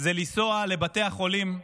זה לנסוע לבתי החולים,